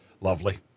lovely